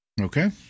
Okay